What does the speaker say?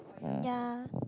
ya